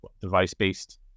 device-based